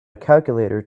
calculator